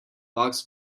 box